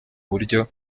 buryo